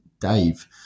Dave